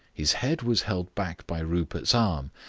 his head was held back by rupert's arm,